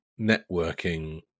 networking